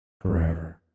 forever